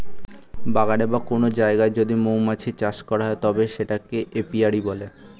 বাগানে বা কোন জায়গায় যদি মৌমাছি চাষ করা হয় তবে সেটাকে এপিয়ারী বলে